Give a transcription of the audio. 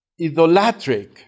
Idolatric